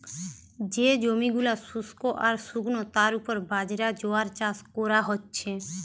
যে জমি গুলা শুস্ক আর শুকনো তার উপর বাজরা, জোয়ার চাষ কোরা হচ্ছে